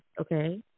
okay